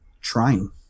trying